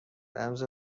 رمز